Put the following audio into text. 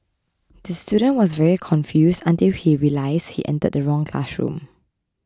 the student was very confused until he realised he entered the wrong classroom